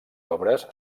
obres